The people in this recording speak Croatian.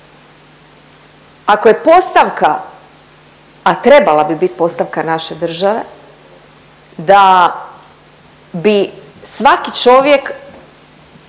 Ako je postavka, a trebala bi bit postavka naše države da bi svaki čovjek